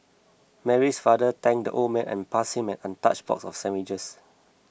Mary's father thanked the old man and passed him an untouched box of sandwiches